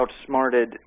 Outsmarted